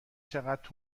چقدر